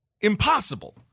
impossible